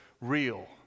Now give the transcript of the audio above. real